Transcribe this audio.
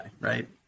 right